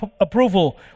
approval